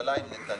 בממשלה עם נתניהו.